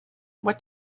what